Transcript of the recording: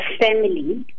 family